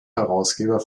herausgeber